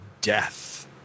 Death